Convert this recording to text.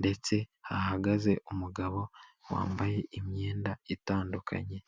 ndetse hahagaze umugabo wambaye imyenda itandukanye.